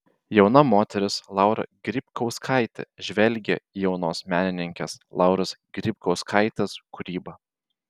jauna moteris laura grybkauskaitė žvelgia į jaunos menininkės lauros grybkauskaitės kūrybą